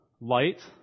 Light